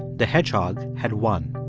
the hedgehog had won,